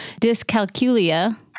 dyscalculia